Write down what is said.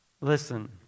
listen